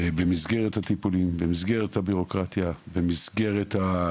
במסגרת הטיפולים, הבירוקרטיה והנושאים שכרוכים בה.